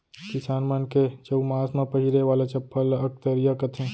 किसान मन के चउमास म पहिरे वाला चप्पल ल अकतरिया कथें